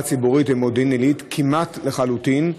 הציבורית במודיעין עילית כמעט לחלוטין.